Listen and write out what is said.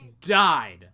died